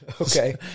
Okay